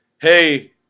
Hey